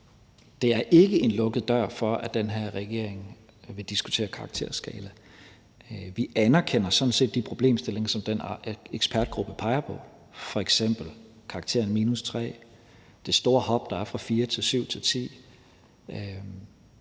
Det er ikke en lukket dør for, at den her regering vil diskutere karakterskala. Vi anerkender sådan set de problemstillinger, som den ekspertgruppe peger på, f.eks. karakteren -3, de store hop, der er fra 4 til 7 og til 10.